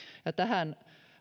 tähän